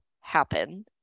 happen